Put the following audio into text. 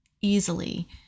easily